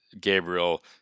Gabriel